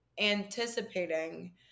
anticipating